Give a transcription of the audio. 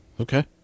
Okay